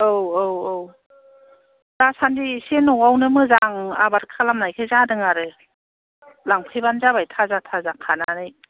औ औ औ दासान्दि एसे न'आवनो एसे मोजां आबाद खालामनायखाय जादों आरो लांफैबानो जाबाय थाजा थाजा खानानै